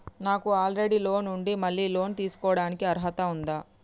నాకు already loan ఉండి మళ్ళీ లోన్ తీసుకోవడానికి అర్హత ఉందా?